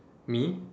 me